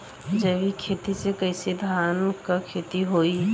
जैविक खेती से कईसे धान क खेती होई?